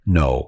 no